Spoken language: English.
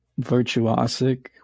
virtuosic